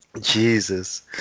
Jesus